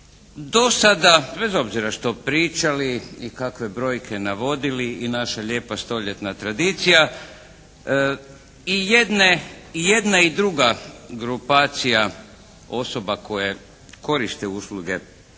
Dosada bez obzira što pričali i kakve brojke navodili i naša lijepa stoljetna tradicija i jedna i druga grupacija osoba koje koriste usluge